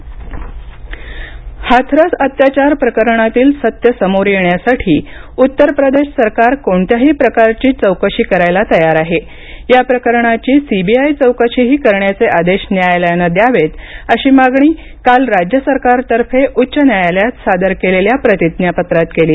हाथरस हाथरस अत्याचार प्रकरणातील सत्य समोर येण्यासाठी उत्तर प्रदेश सरकार कोणत्याही प्रकारची चौकशीसाठी तयार आहे या प्रकरणाची सीबीआय चौकशीही करण्याचे आदेश न्यायालयाने द्यावेत अशी मागणी काल राज्य सरकारतर्फे उच्च न्यायालयात सादर केलेल्या प्रतिज्ञा पत्रात केली